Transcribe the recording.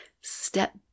step